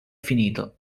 finito